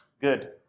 Good